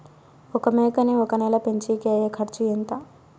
ఒక మేకని ఒక నెల పెంచేకి అయ్యే ఖర్చు ఎంత?